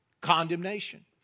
Condemnation